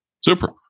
Super